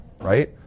right